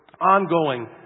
Ongoing